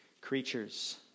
creatures